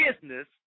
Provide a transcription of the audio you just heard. business